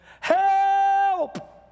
Help